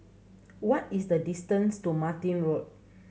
what is the distance to Martin Road